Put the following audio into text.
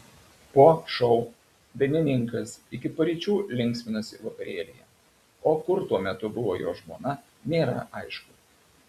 po šou dainininkas iki paryčių linksminosi vakarėlyje o kur tuo metu buvo jo žmona nėra aišku